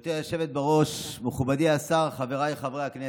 גברתי היושבת-ראש, מכובדי השר, חבריי חברי הכנסת.